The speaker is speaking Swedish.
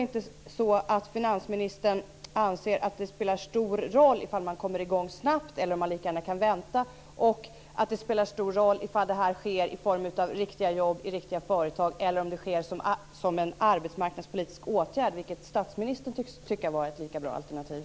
Anser finansministern att det spelar stor roll ifall man kan komma i gång snabbt eller om man lika gärna kan vänta, om det spelar stor roll ifall det sker i form i riktiga jobb i riktiga företag eller om det sker i form av en arbetsmarknadspolitisk åtgärd, vilket statsministern tycks tycka vara ett lika bra alternativ?